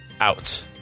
out